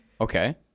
Okay